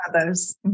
Others